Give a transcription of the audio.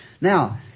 Now